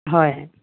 হয়